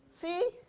See